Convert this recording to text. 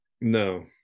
No